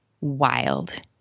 wild